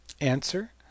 Answer